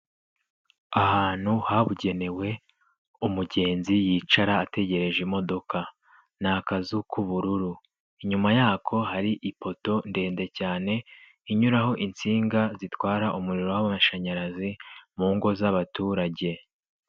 Ahantu habugenewe umugenzi yicara ategereje imodoka, ni akazu k'ubururu, inyuma yako hari ipoto ndende cyane inyuraho insinga zitwara umuriro w'amashanyarazi mu ngo z'abaturage.